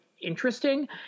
interesting